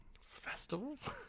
Festivals